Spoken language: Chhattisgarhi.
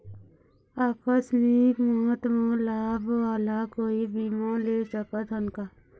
आकस मिक मौत म लाभ वाला कोई बीमा ले सकथन का?